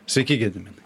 sveiki gediminui